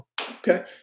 Okay